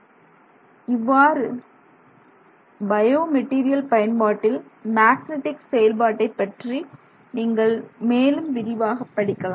இரண்டு இவ்வாறு biomaterial பயன்பாட்டில் மேக்னடிக் செயல்பாட்டைப்பற்றி நீங்கள் மேலும் விரிவாக படிக்கலாம்